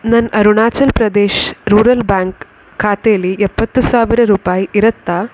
ನನ್ನ Arunachal Pradesh rural bank ಖಾತೆಲಿ ಎಪ್ಪತ್ತು ಸಾವಿರ ರೂಪಾಯಿ ಇರುತ್ತಾ